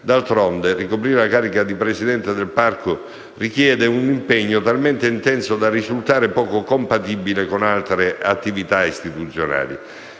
D'altronde, ricoprire la carica di presidente del parco richiede un impegno talmente intenso da risultare poco compatibile con altre attività istituzionali.